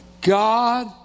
God